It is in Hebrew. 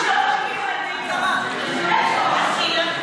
תתייחסו לנבחרי ציבור ולא לעובדים של הכנסת.